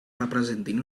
representin